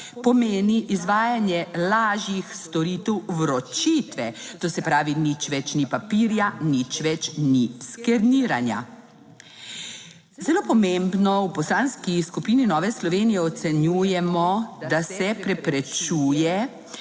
pomeni izvajanje lažjih storitev vročitve. To se pravi, nič več ni papirja, nič več ni skeniranja. Zelo pomembno v Poslanski skupini Nove Slovenije ocenjujemo, da se preprečuje